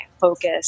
focus